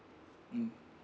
mm